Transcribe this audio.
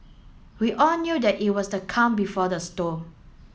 we all knew that it was the calm before the storm